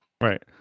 Right